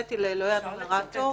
השתחוויתי לאלוהי הנומרטור